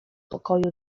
pokoju